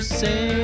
say